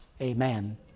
Amen